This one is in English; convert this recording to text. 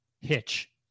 Hitch